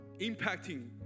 impacting